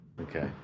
Okay